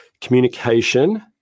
communication